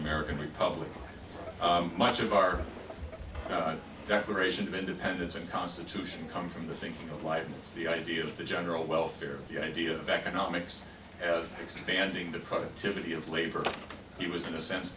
american republic much of our time that ration of independence and constitution come from the thinking of life and the idea of the general welfare the idea of economics as expanding the productivity of labor he was in a sense